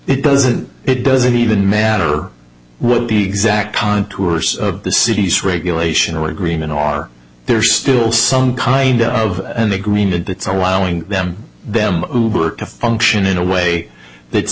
it doesn't it doesn't even matter what the exact contours of the city's regulation or agreement on are there still some kind of an agreement that allowing them to function in a way that